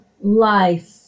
life